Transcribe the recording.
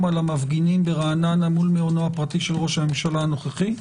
על המפגינים ברעננה מול מעונו הפרטי של ראש הממשלה הנוכחי,